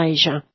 Asia